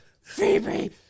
Phoebe